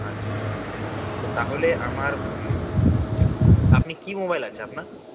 আচ্ছা তো তাহলে আমার আপনি কী মোবাইল আছে আপনার